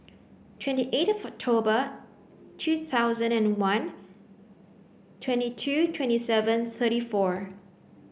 twenty eight October two thousand and one twenty two twenty seven thirty four